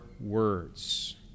words